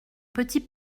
petit